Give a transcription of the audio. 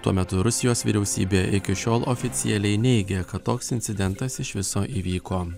tuo metu rusijos vyriausybė iki šiol oficialiai neigia kad toks incidentas iš viso įvyko